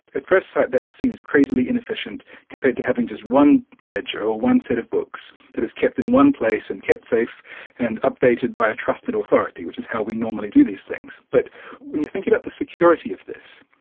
at first sight that seems crazily inefficient compared to just having one ledger or one set of books that is kept in one place and kept safe and updated by a trusted authority, which is how we normally do these things. but when you think about the security of this,